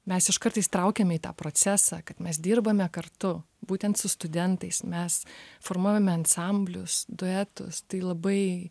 mes iškart įsitraukiame į tą procesą kad mes dirbame kartu būtent su studentais mes formovime ansamblius duetus tai labai